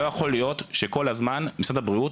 לא יכול להיות שכל הזמן משרד הבריאות